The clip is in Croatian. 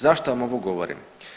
Zašto vam ovo govorim?